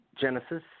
genesis